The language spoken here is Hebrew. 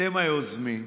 אתם היוזמים: